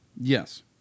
Yes